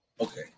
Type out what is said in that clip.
Okay